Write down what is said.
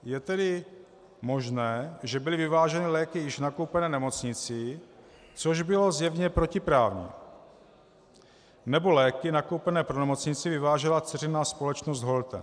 Je tedy možné, že byly vyváženy léky již nakoupené nemocnicí, což bylo zjevně protiprávní, nebo léky nakoupené pro nemocnici vyvážela dceřiná společnost Holte.